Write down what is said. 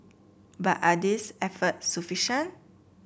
but are these efforts sufficient